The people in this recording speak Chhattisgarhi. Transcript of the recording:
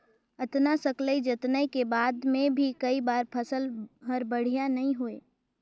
अतना सकलई जतनई के बाद मे भी कई बार फसल हर बड़िया नइ होए